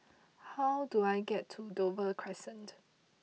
how do I get to Dover Crescent